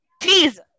Please